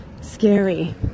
scary